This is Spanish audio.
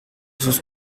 sus